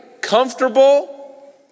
comfortable